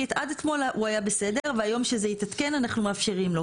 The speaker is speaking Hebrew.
כי עד אתמול הוא היה בסדר והיום שזה התעדכן אנחנו מאפשרים לו.